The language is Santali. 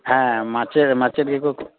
ᱦᱮᱸ ᱢᱟᱪᱮᱫ ᱢᱟᱪᱮᱫ ᱜᱮᱠᱚ